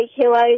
kilos